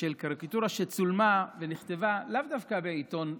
של קריקטורה שצולמה ונכתבה לאו דווקא בעיתון ימני.